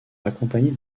accompagnée